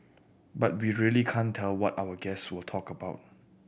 but we really can't tell what our guests will talk about